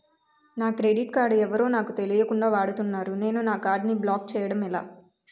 నా credit card ఎవరో నాకు తెలియకుండా వాడుకున్నారు నేను నా కార్డ్ ని బ్లాక్ చేయడం ఎలా?